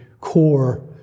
core